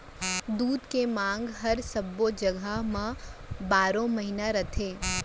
दूद के मांग हर सब्बो जघा म बारो महिना रथे